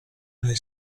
nel